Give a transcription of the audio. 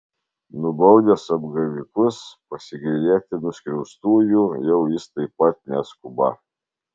nubaudęs apgavikus pasigailėti nuskriaustųjų jau jis taip pat neskuba